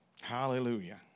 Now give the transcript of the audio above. Hallelujah